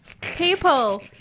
People